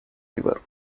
river